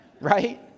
right